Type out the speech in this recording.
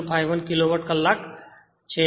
051 kilowatt કલાક છે